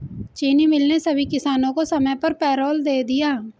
चीनी मिल ने सभी किसानों को समय पर पैरोल दे दिया